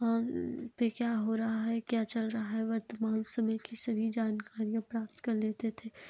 पे क्या हो रहा है क्या चल रहा है वर्तमान समय की सभी जानकारियाँ प्राप्त कर लेते थे